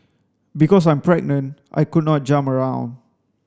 because I'm pregnant I could not jump around